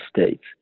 States